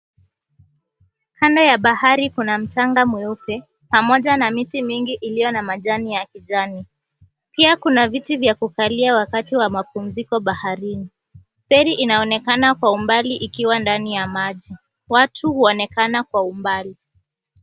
Kando ya bahari kuna mchanga mweupe, pamoja na miti mingi iliyo na majani ya kijani. Pia kuna viti vya kukalia wakati wa mapumziko baharini. Feri inaonekana kwa umbali ikiwa ndani ya maji. Watu huonekana kwa umbali.